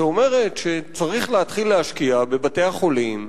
שאומרת שצריך להתחיל להשקיע בבתי-החולים,